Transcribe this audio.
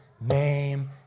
name